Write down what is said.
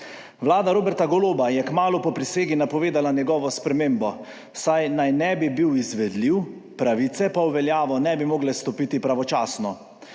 Vlada Roberta Goloba je kmalu po prisegi napovedala njegovo spremembo, saj naj ne bi bil izvedljiv, pravice pa v veljavo ne bi mogle stopiti pravočasno.